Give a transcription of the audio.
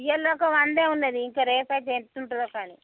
ఇవాళ దాకా వంద ఉన్నది ఇంకా రేపు అయితే ఎట్ల ఉంటుందో కానీ